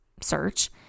search